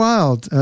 Wild